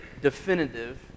definitive